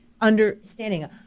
understanding